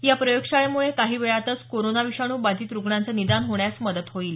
या प्रयोगशाळेमुळे काही वेळातच कोरोना विषाणू बाधित रुग्णांचं निदान होण्यास मदत होईल